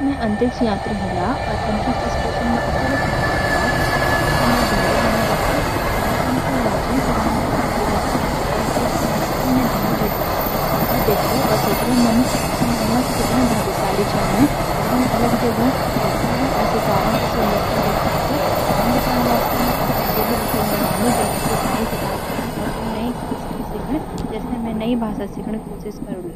अगर मैं एक अंतरिक्ष यात्री हुंला अर अंतरिक्ष स्टेशन मं अकेल फँस ग्ये हूँला, त सबसे पहले म्यर धैर्य बनाए रखणु पड़ी. खाना-पानी तो च ह्वे, पर मन के सांति वास्ते मुझ कई चीज करणी पड़ी. म झ्याल बट पृथ्वी देखूला अर सोचूंला कि म कितण भाग्यशाली च, कि म एकदम अलग जगह स धरती अर सितारों का सुंदरता देख पांदू. टाइम बिताण वास्ते म अपण डेली रूटीन बनांदू, जस्तै एक्सरसाइज, किताब पढ़ण, या कोई नई स्किल सिखण